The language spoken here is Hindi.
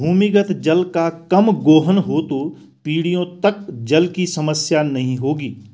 भूमिगत जल का कम गोहन हो तो पीढ़ियों तक जल की समस्या नहीं होगी